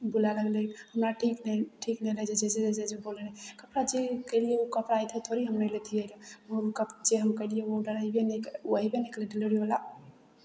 बोलय लगलै हमरा ठीक नहि ठीक नहि जैसे जैसे ओ बोलैत रहै कपड़ा जे केलियै ओ कपड़ा अयतै थोड़ी हम नहि लैतियै ओ कपड़ा जे हम कयलियै ओ आर्डर अयबे नहि ओ अयबे नहि केलै डिलेवरीवला